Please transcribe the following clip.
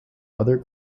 other